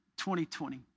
2020